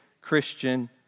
Christian